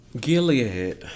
Gilead